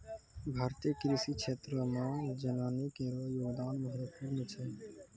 भारतीय कृषि क्षेत्रो मे जनानी केरो योगदान महत्वपूर्ण छै